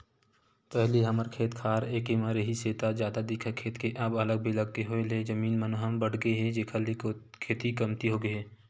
पहिली हमर खेत खार एके म रिहिस हे ता जादा दिखय खेत के अब अलग बिलग के होय ले जमीन मन ह बटगे हे जेखर ले खेती कमती होगे हे